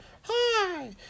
Hi